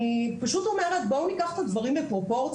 אני אומרת בואו ניקח את הדברים בפרופורציה.